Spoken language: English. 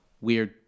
weird